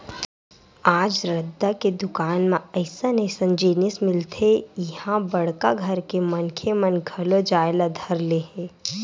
आज रद्दा के दुकान म अइसन अइसन जिनिस मिलथे के इहां बड़का घर के मनखे मन घलो जाए ल धर ले हे